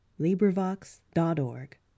LibriVox.org